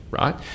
right